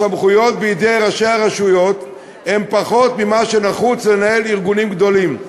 הסמכויות בידי ראשי הרשויות הן פחות ממה שנחוץ לנהל ארגונים גדולים,